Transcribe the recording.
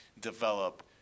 develop